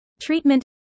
Treatment